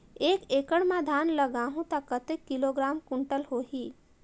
एक एकड़ मां धान लगाहु ता कतेक किलोग्राम कुंटल धान होही?